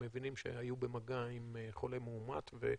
שמבינים שהיו במגעה עם חולה מאומת,